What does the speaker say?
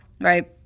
right